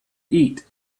eat